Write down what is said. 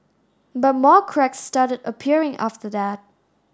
but more cracks started appearing after that